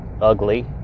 ugly